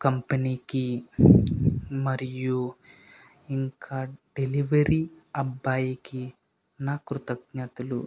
కంపెనీకి మరియు ఇంకా డెలివరీ అబ్బాయికి నా కృతజ్ఞతులు